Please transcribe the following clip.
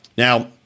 Now